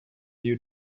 new